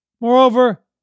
Moreover